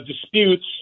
disputes